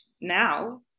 now